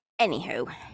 Anywho